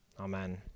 Amen